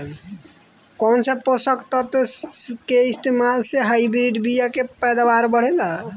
कौन से पोषक तत्व के इस्तेमाल से हाइब्रिड बीया के पैदावार बढ़ेला?